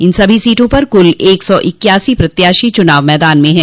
इन सभी सीटों पर कुल एक सौ इक्यासी प्रत्याशी चुनाव मैदान में हैं